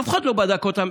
אף אחד לא בדק אותם,